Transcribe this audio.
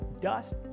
dust